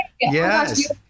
yes